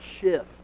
shift